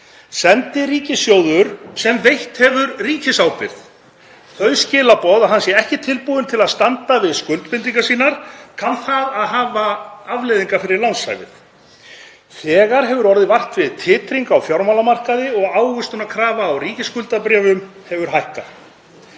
Sendi ríkissjóður, sem veitt hefur ríkisábyrgð, þau skilaboð að hann sé ekki tilbúinn til að standa við skuldbindingar sínar kann það að hafa afleiðingar fyrir lánshæfið. Þegar hefur orðið vart við titring á fjármálamarkaði og ávöxtunarkrafa á ríkisskuldabréfum hefur hækkað.